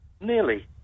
Nearly